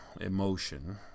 emotion